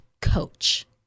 coach